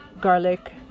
garlic